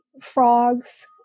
frogs